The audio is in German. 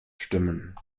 stimmen